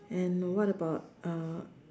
and what about uh